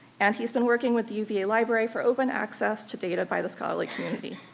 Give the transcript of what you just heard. and he's been working with the uva library for open access to data by the scholarly community.